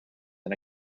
and